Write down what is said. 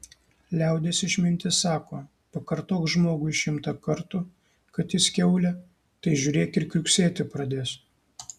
liaudies išmintis sako pakartok žmogui šimtą kartų kad jis kiaulė tai žiūrėk ir kriuksėti pradės